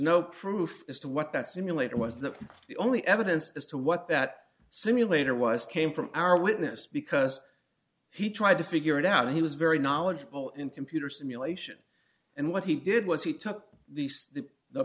no proof as to what that simulator was that the only evidence as to what that simulator was came from our witness because he tried to figure it out he was very knowledgeable in computer simulation and what he did was he took the the